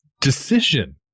Decision